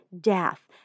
death